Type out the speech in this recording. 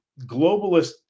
globalist